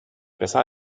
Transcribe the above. besser